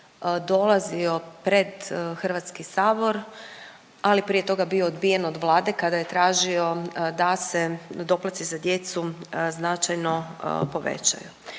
dolazio pred HS, ali prije toga bio odbijen od Vlade kada je tražio da se doplatci za djecu značajno povećaju.